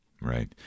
Right